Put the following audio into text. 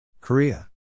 Korea